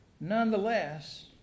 Nonetheless